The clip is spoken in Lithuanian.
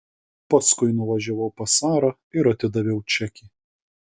paskui nuvažiavau pas sarą ir atidaviau čekį